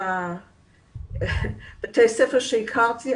מבתי הספר שהכרתי,